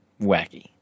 wacky